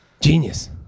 Genius